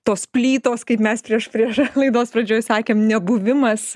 tos plytos kaip mes prieš prieš laidos pradžioj sakėm nebuvimas